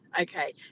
Okay